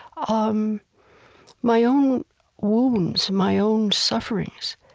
um my own wounds, my own sufferings,